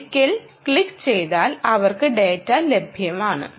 ഒരിക്കൽ ക്ലിക് ചെയ്താൽ അവർക്ക് ഡാറ്റ വാല്യു ലഭിക്കും